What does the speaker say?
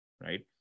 right